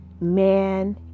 Man